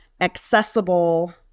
accessible